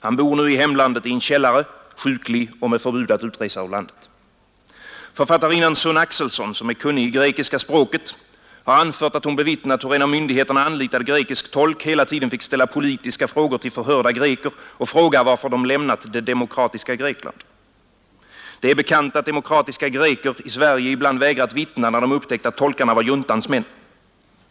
Han bor nu i hemlandet i en källare, sjuklig och med förbud att utresa ur landet. Författarinnan Sun Axelsson, som är kunnig i grekiska språket, har anfört att hon bevittnat hur en av myndigheterna anlitad grekisk tolk hela tiden fick ställa politiska frågor till förhörda greker och fråga varför de lämnat det demokratiska Grekland. Det är bekant att demokratiska greker i Sverige ibland vägrat vittna, när de upptäckt att tolkarna var juntans män.